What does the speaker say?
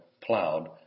plowed